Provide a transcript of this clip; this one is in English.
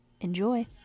Enjoy